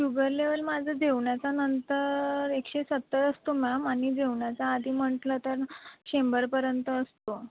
sugar level माझं जेवणाच्या नंतर एकशे सत्तर असतो मॅम आणि जेवणाच्या आधी म्हटलं तर शंभरपर्यंत असतो